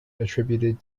attributed